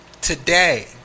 today